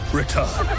return